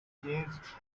changed